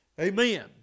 Amen